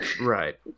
Right